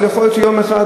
אבל יכול להיות שיום אחד,